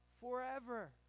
forever